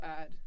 add